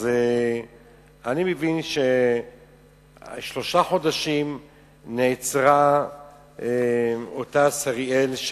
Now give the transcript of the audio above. אני מבין ששריאל נעצרה לשלושה חודשים,